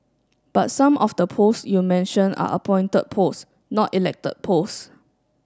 but some of the post you mention are appointed post not elected post